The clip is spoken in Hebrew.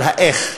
על האיך,